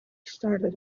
started